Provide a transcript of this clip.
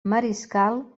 mariscal